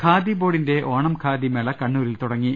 ഖാദി ബോർഡിന്റെ ഓണം ഖാദി മേള കണ്ണൂരിൽ തുടങ്ങി